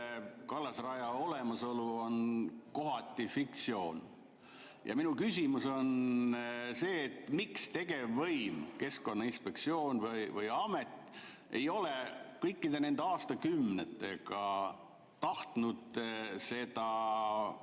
kallasraja olemasolu on kohati fiktsioon. Minu küsimus on see: miks tegevvõim, keskkonnainspektsioon või -amet ei ole kõikide nende aastakümnetega tahtnud seda